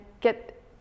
get